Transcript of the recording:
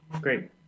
Great